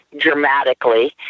dramatically